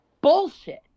bullshit